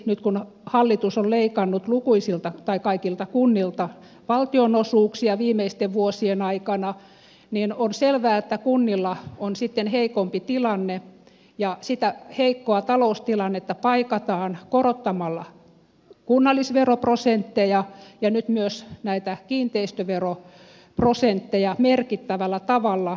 nyt kun hallitus on leikannut kaikilta kunnilta valtionosuuksia viimeisten vuosien aikana niin on selvää että kunnilla on sitten heikompi tilanne ja sitä heikkoa taloustilannetta paikataan korottamalla kunnallisveroprosentteja ja nyt myös näitä kiinteistöveroprosentteja merkittävällä tavalla